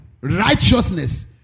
Righteousness